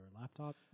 laptop